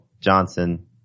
Johnson